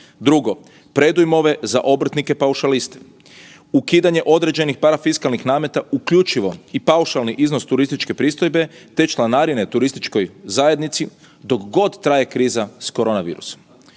Drugo, predujmove za obrtnike paušaliste, ukidanje određenih parafiskalnih nameta uključivo i paušalni iznos turističke pristojbe te članarine turističkoj zajednici dok god traje kriza s korona virusom.